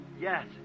Yes